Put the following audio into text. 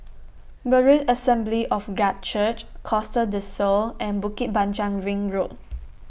Berean Assembly of God Church Costa Del Sol and Bukit Panjang Ring Road